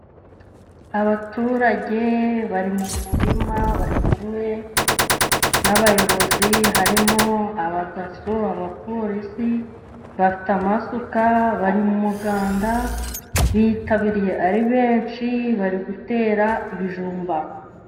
Abaturage bari mu murima bari kumwe n'abayobozi, harimo aba daso, abapolisi, bafite amasuka bari mu muganda bitabiriye ari benshi bari gutera ibijumba.